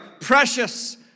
precious